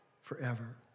forever